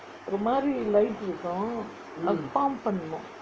ஒரு மாரி:oru maari light இருக்கும் அத:irukkum atha pump பண்ணனும்:pannanum